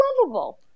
lovable